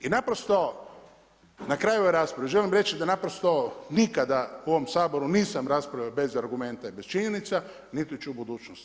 I naprosto na kraju ove rasprave želim reći da naprosto nikada u ovom Saboru nisam raspravljao bez argumenata i bez činjenica niti ću u budućnosti.